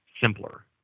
Simpler